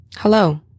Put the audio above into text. Hello